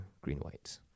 green-white